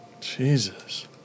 Jesus